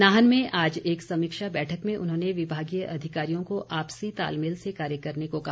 नाहन में आज एक समीक्षा बैठक में उन्होंने विभागीय अधिकारियों को आपसी तालमेल से कार्य करने को कहा